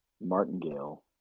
martingale